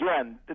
Again